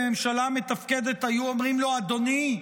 בממשלה מתפקדת היו אומרים לו: אדוני,